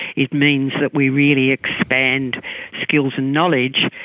it means that we really expand skills and knowledge,